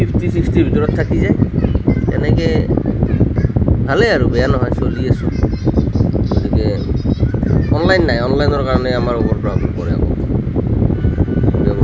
fifty ছিক্সটিৰ ভিতৰত থাকি যায় এনেকৈ ভালেই আৰু বেয়া নহয় চলি আছোঁ গতিকে অনলাইন নাই অনলাইনৰ কাৰণে আমাৰ কোনো প্ৰভাৱ নপৰে একো